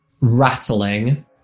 rattling